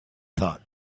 thought